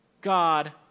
God